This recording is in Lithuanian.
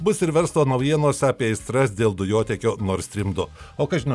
bus ir verslo naujienos apie aistras dėl dujotiekio nord strim du o kas žino